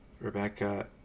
Rebecca